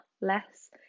less